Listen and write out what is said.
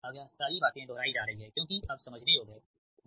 अब यह सारी बातें दोहराई जा रही हैं क्योंकि अब समझने योग्य है